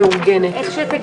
נעולה.